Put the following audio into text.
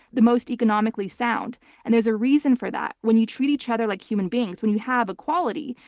the most economically sound, and there's a reason for that. when you treat each other like human beings, when you have equality,